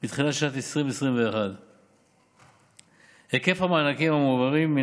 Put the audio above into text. בתחילת שנת 2021. היקף המענקים המועברים הוא